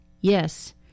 Yes